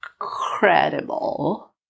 incredible